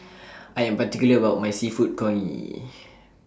I Am particular about My Seafood Congee